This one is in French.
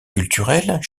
culturelles